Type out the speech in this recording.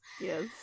yes